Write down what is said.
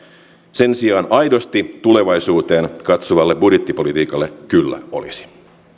sen sijaan aidosti tulevaisuuteen katsovalle budjettipolitiikalle kyllä olisi